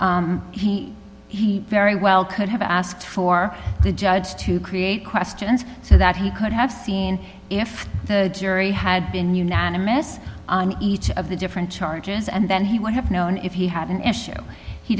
excuse me very well could have asked for the judge to create questions so that he could have seen if the jury had been unanimous on each of the different charges and then he would have known if he had an issue he